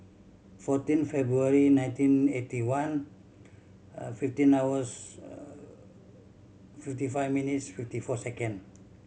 fourteen February nineteen eighty one fifteen hours fifty five minutes fifty four second